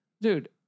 Dude